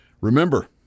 Remember